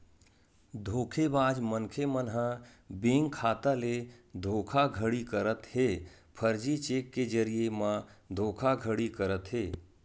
धोखेबाज मनखे मन ह बेंक खाता ले धोखाघड़ी करत हे, फरजी चेक के जरिए म धोखाघड़ी करत हे